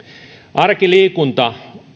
arkiliikunta